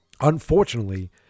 unfortunately